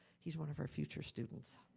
he's one of our future students.